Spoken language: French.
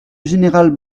général